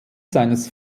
seines